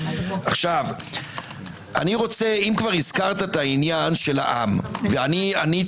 אם הזכרת את עניין העם, ואמרתי